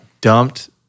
dumped